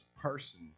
person